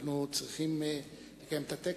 אנחנו צריכים לקיים את הטקס,